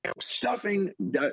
stuffing